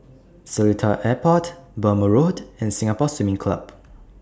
Seletar Airport Burmah Road and Singapore Swimming Club